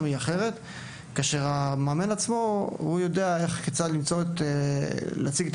כאשר המאמן עצמו יודע כיצד להציג את